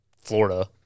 Florida